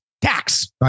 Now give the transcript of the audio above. Tax